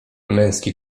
męski